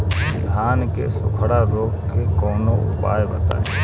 धान के सुखड़ा रोग के कौनोउपाय बताई?